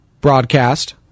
broadcast